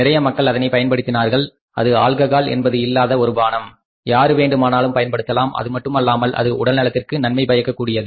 நிறைய மக்கள் அதனை பயன்படுத்தினார்கள் அது ஆல்கஹால் என்பது இல்லாத ஒரு பானம் யார் வேண்டுமானாலும் பயன்படுத்தலாம் அதுமட்டுமல்லாமல் அது உடல்நலத்திற்கும் நன்மை பயக்கக் கூடியது